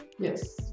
Yes